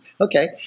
Okay